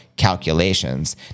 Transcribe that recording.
Calculations